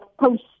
post